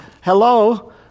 Hello